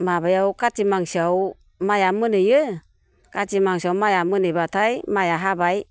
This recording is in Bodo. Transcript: माबायाव काथिग मासआव माइया मोनहैयो काथिग मासआव माइया मोनहैबाथाय माइया हाबाय